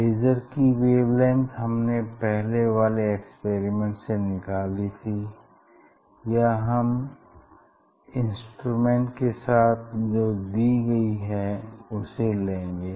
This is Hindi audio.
लेज़र की वेवलेंग्थ हमने पहले वाले एक्सपेरिमेंट से निकाली थी या हम इंस्ट्रूमेंट के साथ जो दी गई है उसे लेंगे